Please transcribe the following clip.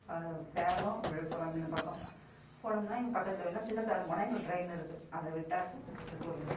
ப சேலம் விழுப்புரம் இந்த பக்கம் போனோம்னால் இங்கே பக்கத்தில் வேணால் சின்ன சேலம் போனால் எங்களுக்கு ட்ரெயின் இருக்குது அதை விட்டாக்கால் திருக்கோலூர்